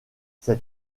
cet